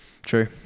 True